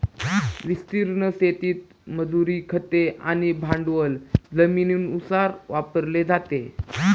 विस्तीर्ण शेतीत मजुरी, खते आणि भांडवल जमिनीनुसार वापरले जाते